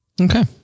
Okay